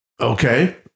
Okay